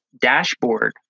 dashboard